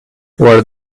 where